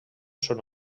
són